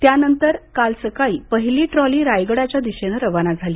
त्यानंतर काल सकाळी पहिली ट्रॉली रायगडाच्या दिशेनं रवाना झाली